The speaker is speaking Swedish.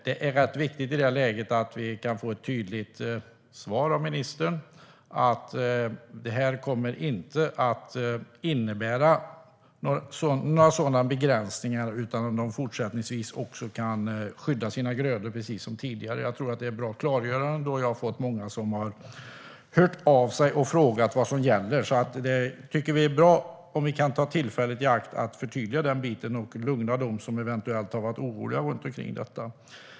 Det är rätt viktigt att vi kan få ett tydligt svar av ministern om att det här inte kommer att innebära några begränsningar utan att de också fortsättningsvis kan skydda sina grödor. Jag tror att det är bra att klargöra det, då jag har fått frågor från många som har hört av sig och undrat vad som gäller. Det är bra om vi kan ta tillfället i akt att förtydliga den biten och lugna dem som eventuellt har varit oroliga över detta.